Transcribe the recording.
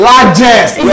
Largest